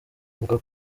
avuga